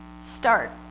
start